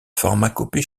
pharmacopée